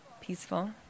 Peaceful